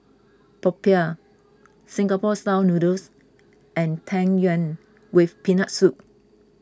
Popiah Singapore Style Noodles and Tang Yuen with Peanut Soup